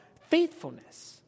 faithfulness